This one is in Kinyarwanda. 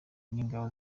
n’ingabo